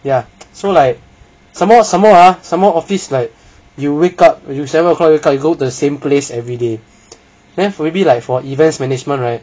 ya so like somemore somemore ah somemore office like you wake up when you seven o'clock you wake up you go to the same place every day then maybe like for events management right